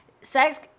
sex